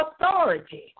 authority